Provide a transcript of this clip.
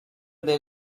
they